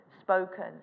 spoken